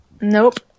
nope